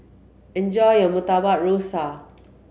enjoy your Murtabak Rusa